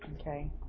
okay